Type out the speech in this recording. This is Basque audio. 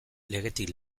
legetik